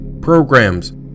programs